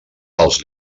pels